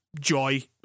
joy